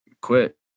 quit